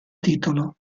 titolo